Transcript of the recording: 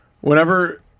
Whenever